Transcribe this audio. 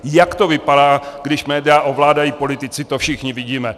Jak to vypadá, když média ovládají politici, to všichni vidíme.